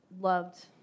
loved